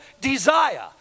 desire